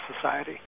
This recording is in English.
society